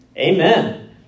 Amen